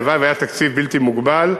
הלוואי שהיה תקציב בלתי מוגבל,